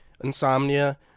insomnia